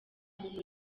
muntu